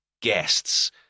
guests